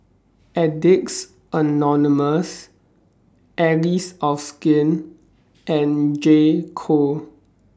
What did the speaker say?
Addicts Anonymous Allies of Skin and J Co